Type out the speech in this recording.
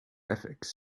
ethics